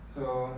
so